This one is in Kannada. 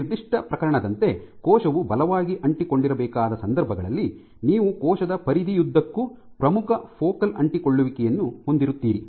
ಈ ನಿರ್ದಿಷ್ಟ ಪ್ರಕರಣದಂತೆ ಕೋಶವು ಬಲವಾಗಿ ಅಂಟಿಕೊಂಡಿರಬೇಕಾದ ಸಂದರ್ಭಗಳಲ್ಲಿ ನೀವು ಕೋಶದ ಪರಿಧಿಯುದ್ದಕ್ಕೂ ಪ್ರಮುಖ ಫೋಕಲ್ ಅಂಟಿಕೊಳ್ಳುವಿಕೆಯನ್ನು ಹೊಂದಿರುತ್ತೀರಿ